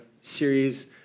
series